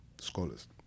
scholars